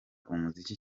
umuziki